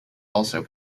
also